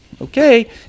okay